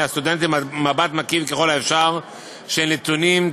הסטודנטים מבט מקיף ככל האפשר של נתונים,